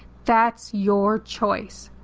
that's your choice.